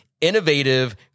innovative